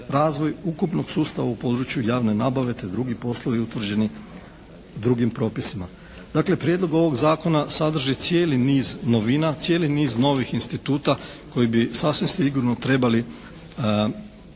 razvoj ukupnog sustava u području javne nabave te drugi poslovi utvrđeni drugim propisima. Dakle, prijedlog ovog Zakona sadrži cijeli niz novina, cijeli niz novih instituta koji bi sasvim sigurno trebali